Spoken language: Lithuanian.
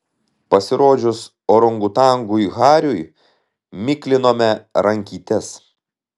pasirodžius orangutangui hariui miklinome rankytes